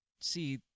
see